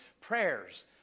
prayers